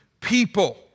people